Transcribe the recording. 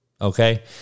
Okay